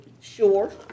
Sure